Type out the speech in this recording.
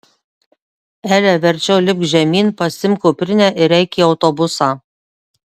ele verčiau lipk žemyn pasiimk kuprinę ir eik į autobusą